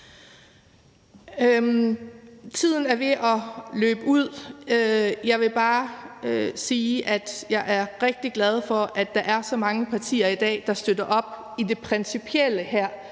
Tiden er ved at løbe ud. Jeg vil bare sige, at jeg er rigtig glad for, at der er så mange partier i dag, der støtter op om det principielle her